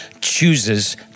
chooses